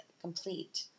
complete